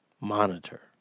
monitor